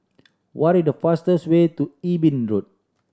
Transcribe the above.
what is the fastest way to Eben Road